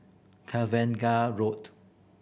Cavengah Road